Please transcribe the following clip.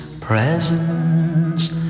presents